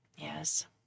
Yes